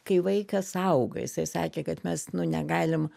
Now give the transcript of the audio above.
kai vaikas auga jisai sakė kad mes nu negalim